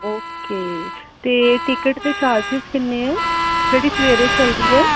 okay ਅਤੇ ticket ਦੇ charges ਕਿੰਨੇ ਆ ਜਿਹੜੀ ਸਵੇਰੇ ਚਲਦੀ ਹੈ